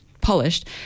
polished